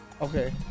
Okay